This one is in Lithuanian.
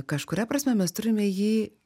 kažkuria prasme mes turime jį